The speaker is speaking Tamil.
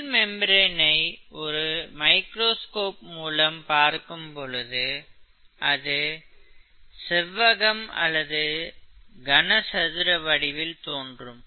செல் மெம்பிரேனை ஒரு மைக்ரோஸ்கோப் மூலம் பார்க்கும் பொழுது அது செவ்வகம் அல்லது கன சதுர வடிவில் தோன்றும்